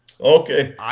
Okay